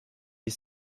les